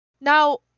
now